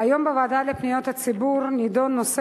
היום בוועדה לפניות הציבור נדון נושא